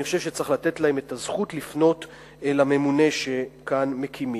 אני חושב שצריך לתת להן את הזכות לפנות אל הממונה שכאן מקימים.